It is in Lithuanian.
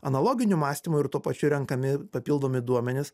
analoginiu mąstymu ir tuo pačiu renkami papildomi duomenys